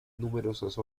numerosas